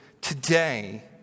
Today